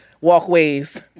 walkways